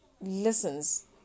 listens